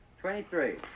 Twenty-three